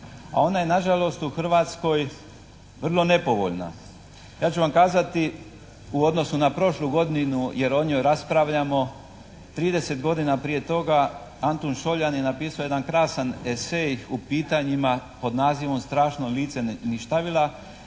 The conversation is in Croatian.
a ona je nažalost u Hrvatskoj vrlo nepovoljna. Ja ću vam kazati u odnosu na prošlu godinu jer o njoj raspravljamo trideset godina prije toga Antun Šoljan je napisao jedan krasan esej u pitanjima pod nazivom "Strašno lice ništavila"